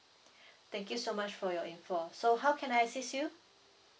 thank you so much for your info so how can I assist you